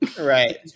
right